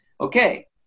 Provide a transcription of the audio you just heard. Okay